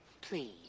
Please